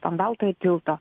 an baltojo tilto